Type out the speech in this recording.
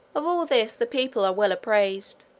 of all this the people are well apprised,